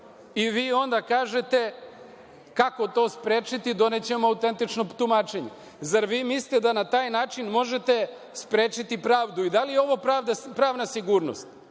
I vi onda kažete kako to sprečiti - donećemo autentično tumačenje. Zar vi mislite da na taj način možete sprečiti pravdu? I da li je ovo pravna sigurnost,